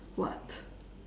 what